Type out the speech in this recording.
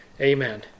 Amen